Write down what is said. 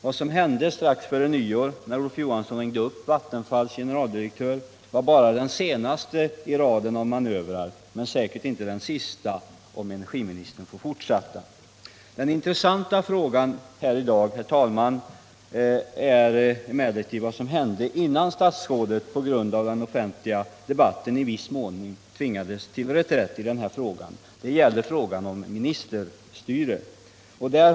Vad som hände när Olof Johansson strax före nyår ringde upp Vattenfalls generaldirektör är bara den senaste i raden av manövrer men säkert inte den sista, om energiministern får fortsätta. Den intressanta frågan här i dag är emellertid vad som hände innan statsrådet på grund av den offentliga debatten i viss mån tvingades till reträtt i denna fråga. Det rör frågan om ministerstyre. T.o.